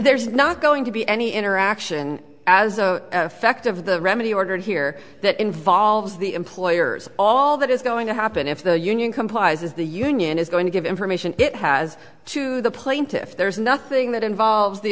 there's not going to be any interaction as a effect of the remedy ordered here that involves the employers all that is going to happen if the union complies is the union is going to give information it has to the plaintiffs there's nothing that involves the